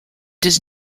does